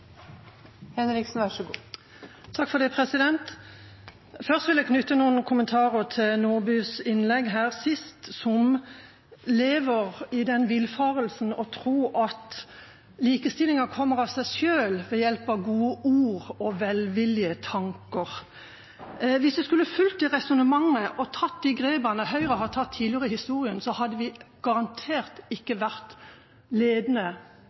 Først vil jeg knytte noen kommentarer til Nordbys innlegg nå sist. Hun lever i den villfarelsen å tro at likestillinga kommer av seg selv, ved hjelp av gode ord og velvillige tanker. Hvis en skulle fulgt det resonnementet og tatt de grepene Høyre har tatt tidligere i historien, hadde vi garantert ikke vært ledende